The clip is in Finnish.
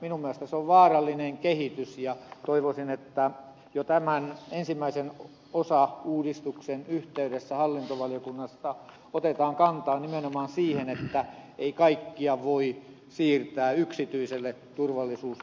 minun mielestäni se on vaarallinen kehitys ja toivoisin että jo tämän ensimmäisen osauudistuksen yhteydessä hallintovaliokunnassa otetaan kantaa nimenomaan siihen että ei kaikkia voi siirtää yksityiselle turvallisuuspalvelupuolelle